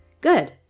Good